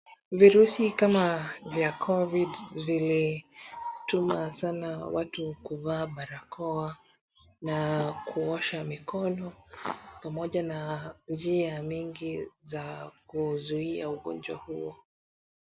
Virusi kama vya COVID vilituma sana watu kuvaa barakoa na kuosha mikono pamoja na njia mengi za kuzuia ugonjwa huo.